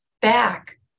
back